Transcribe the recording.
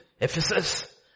Ephesus